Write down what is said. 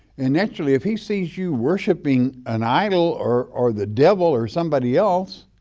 and naturally, if he sees you worshiping an idol or the devil or somebody else,